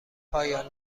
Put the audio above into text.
پایان